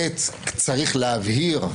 ב' צריך להבהיר,